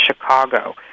Chicago